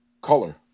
color